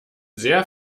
sehr